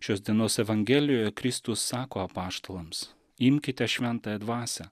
šios dienos evangelijoje kristus sako apaštalams imkite šventąją dvasią